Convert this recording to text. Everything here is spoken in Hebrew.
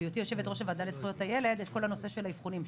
בהיותי יושבת-ראש הוועדה לזכויות הילד את כל הנושא של האבחונים.